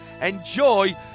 Enjoy